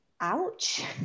Ouch